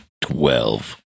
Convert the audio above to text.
Twelve